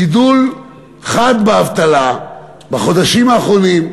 גידול חד באבטלה בחודשים האחרונים.